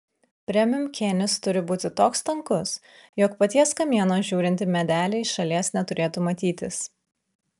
premium kėnis turi būti toks tankus jog paties kamieno žiūrint į medelį iš šalies neturėtų matytis